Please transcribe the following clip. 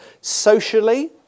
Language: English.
socially